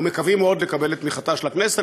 ומקווים מאוד לקבל את תמיכתה של הכנסת.